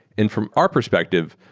and from our perspective,